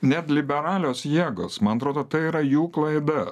net liberalios jėgos man atrodo tai yra jų klaida